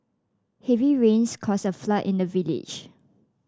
heavy rains caused a flood in the village